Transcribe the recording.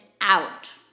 out